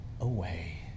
away